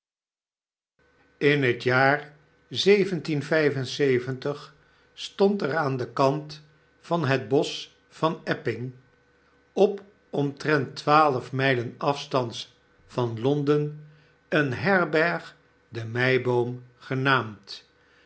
in het jaar stond er aan den kant van het bosch van epping op omtrent twaalf mijlen afstands van londen eene herberg de meiboom genaamd